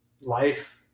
life